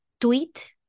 tweet